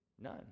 None